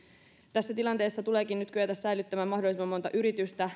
tässä tilanteessa tuleekin nyt kyetä säilyttämään mahdollisimman monta yritystä